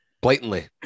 blatantly